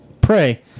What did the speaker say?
pray